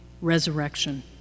resurrection